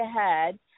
ahead